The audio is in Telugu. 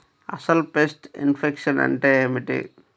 అసలు పెస్ట్ ఇన్ఫెక్షన్ అంటే ఏమిటి?